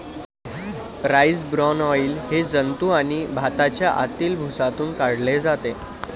rice bran oil हे जंतू आणि भाताच्या आतील भुसातून काढले जाते